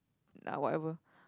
uh whatever